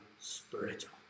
spiritual